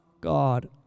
God